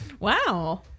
Wow